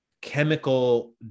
chemical